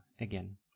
again